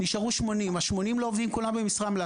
נשארו 80. ה-80 לא עובדים כולם במשרה מלאה.